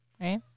right